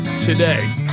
Today